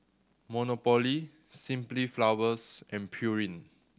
Monopoly Simply Flowers and Pureen